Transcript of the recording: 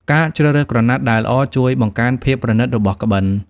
ការជ្រើសរើសក្រណាត់ដែលល្អជួយបង្កើនភាពប្រណីតរបស់ក្បិន។